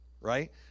right